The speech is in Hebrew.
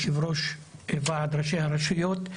יושב-ראש ועד ראשי הרשויות.